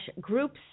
groups